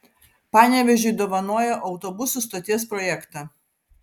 panevėžiui dovanoja autobusų stoties projektą